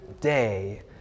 day